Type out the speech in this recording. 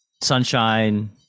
Sunshine